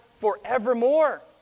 forevermore